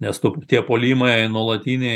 nes tie puolimai nuolatiniai